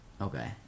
Okay